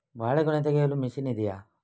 ಬಾಳೆಗೊನೆ ತೆಗೆಯಲು ಮಷೀನ್ ಇದೆಯಾ?